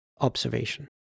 Observation